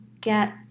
get